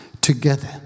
together